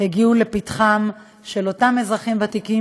הגיעו לפתחם של אותם אזרחים ותיקים,